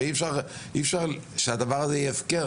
אבל אי אפשר שהדבר הזה יהיה הפקר.